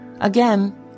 Again